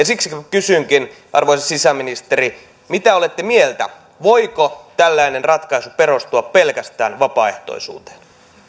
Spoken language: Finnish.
siksi kysynkin arvoisa sisäministeri mitä olette mieltä voiko tällainen ratkaisu perustua pelkästään vapaaehtoisuuteen